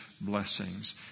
blessings